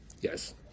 Yes